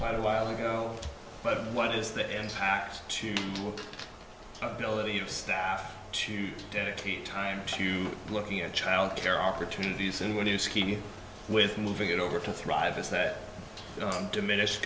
quite a while ago but what is the end to ability of staff to dedicate time to looking at childcare opportunities and when you ski with moving it over to thrive is that diminished